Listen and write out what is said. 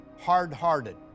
hard-hearted